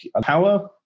Power